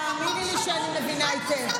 תאמיני לי שאני מבינה היטב.